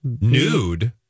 Nude